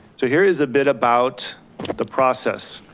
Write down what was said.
so here is a bit about the process.